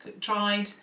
Tried